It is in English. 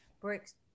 Bricks